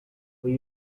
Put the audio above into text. will